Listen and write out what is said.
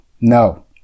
No